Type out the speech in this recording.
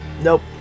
nope